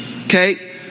Okay